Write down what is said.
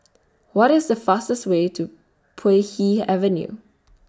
What IS The fastest Way to Puay Hee Avenue